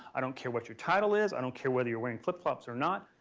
i don't care what your title is. i don't care whether you're wearing flip flops or not.